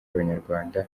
abanyarwanda